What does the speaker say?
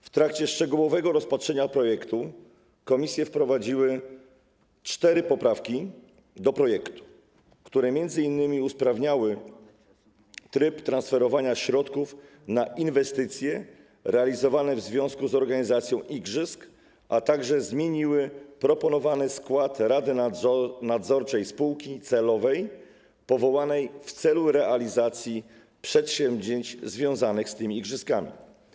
W trakcie szczegółowego rozpatrzenia projektu komisje wprowadziły do niego cztery poprawki, które m.in. usprawniły tryb transferowania środków na inwestycje realizowane w związku z organizacją igrzysk, a także zmieniły proponowany skład rady nadzorczej spółki celowej powołanej w celu realizacji przedsięwzięć związanych z tymi igrzyskami.